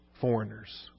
foreigners